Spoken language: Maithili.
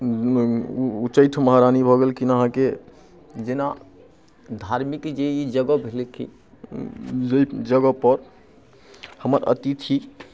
उच्चैठ महारानी भऽ गेलखिन अहाँके जेना धार्मिक जे ई जगह भेलै कि जाहि जगहपर हमर अतिथि